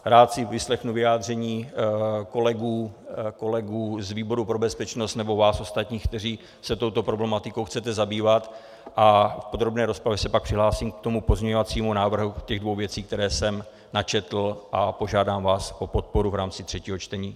Rád si vyslechnu vyjádření kolegů z výboru pro bezpečnost nebo vás ostatních, kteří se touto problematikou chcete zabývat, a v podrobné rozpravě se pak přihlásím k tomu pozměňovacímu návrhu u těch dvou věcí, které jsem načetl, a požádám vás o podporu v rámci třetího čtení.